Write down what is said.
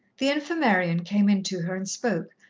the infirmarian came in to her and spoke,